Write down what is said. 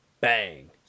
Bang